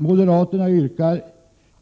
Moderaterna yrkar